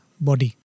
body